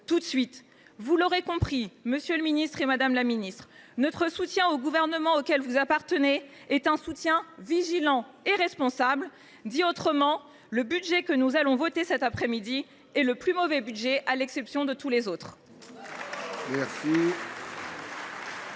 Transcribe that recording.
l’immédiat. Vous l’aurez compris, madame, messieurs les ministres, notre soutien au gouvernement auquel vous appartenez est un soutien vigilant et responsable. Dit autrement, le budget que nous allons voter est le plus mauvais budget, à l’exception de tous les autres